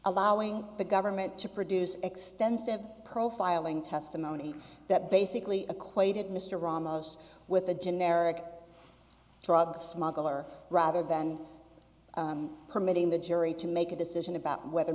allowing the government to produce extensive profiling testimony that basically equated mr ramos with the generic drug smuggler rather than permitting the jury to make a decision about whether